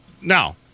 now